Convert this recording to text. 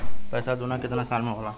पैसा दूना कितना साल मे होला?